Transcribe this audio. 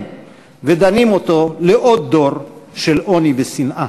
ודנים אותו לעוד דור של עוני ושנאה.